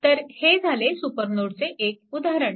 तर हे झाले सुपरनोडचे एक उदाहरण